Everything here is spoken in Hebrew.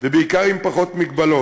ובעיקר עם פחות מגבלות.